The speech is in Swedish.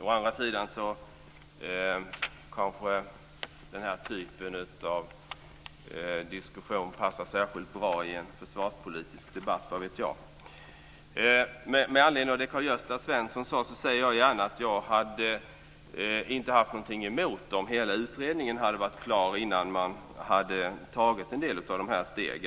Å andra sidan passar kanske den här typen av diskussioner särskilt bra i en försvarspolitisk debatt, vad vet jag! Med anledning av det Karl-Gösta Svenson sade säger jag gärna att jag inte hade haft någonting emot att hela utredningen hade varit klar innan man tog en del av dessa steg.